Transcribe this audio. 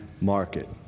market